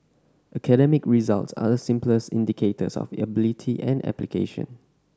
academic results are the simplest indicators of ability and application